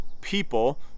people